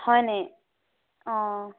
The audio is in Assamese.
হয়নি অঁ